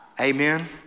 Amen